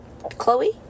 Chloe